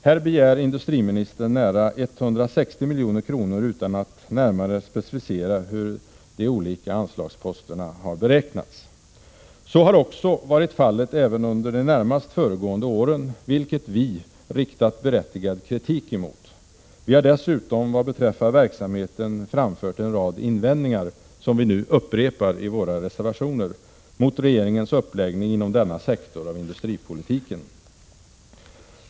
Här begär industriministern nära 160 milj.kr. utan att närmare specificera hur de olika anslagsposterna har beräknats. Så har också varit fallet även under de närmast föregående åren, vilket vi riktat berättigad kritik emot. Vi har dessutom vad beträffar verksamheten framfört en rad invändningar — som vi nu upprepar i våra reservationer — mot regeringens uppläggning inom denna sektor av industripolitiken.